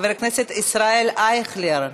חבר הכנסת ישראל אייכלר,